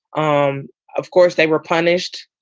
um of course, they were punished.